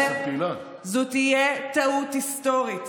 זאת תהיה טעות היסטורית